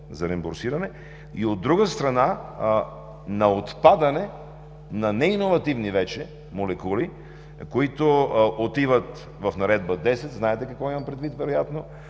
за реимбурсиране. От друга страна, на отпадане на вече неиновативни молекули, които отиват в Наредба 10 – знаете какво имам предвид, да не